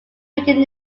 began